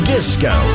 Disco